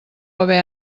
haver